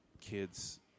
kids